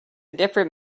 different